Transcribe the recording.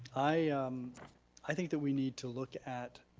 i um i think that we need to look at